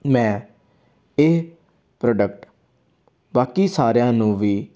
ਮੈਂ ਇਹ ਪ੍ਰੋਡਕਟ ਬਾਕੀ ਸਾਰਿਆਂ ਨੂੰ ਵੀ